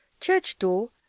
Church-door